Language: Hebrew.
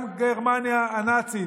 גם גרמניה הנאצית.